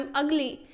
ugly